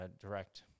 direct